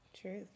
Truth